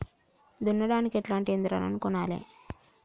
దున్నడానికి ఎట్లాంటి యంత్రాలను కొనాలే?